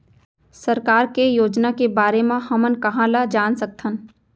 सरकार के योजना के बारे म हमन कहाँ ल जान सकथन?